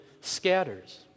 scatters